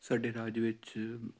ਸਾਡੇ ਰਾਜ ਵਿੱਚ